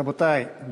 רבותי,